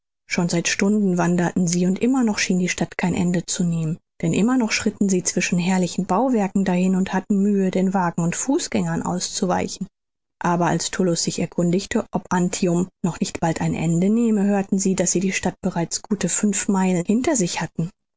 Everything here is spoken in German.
schon seit stunden wanderten sie und immer noch schien die stadt kein ende zu nehmen denn immer noch schritten sie zwischen herrlichen bauwerken dahin und hatten mühe den wagen und fußgängern auszuweichen aber als tullus sich erkundigte ob antium noch nicht bald ein ende nehme hörten sie daß sie die stadt bereits gute fünf miglien hinter sich hatten